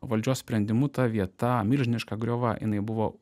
valdžios sprendimu ta vieta milžiniška griova jinai buvo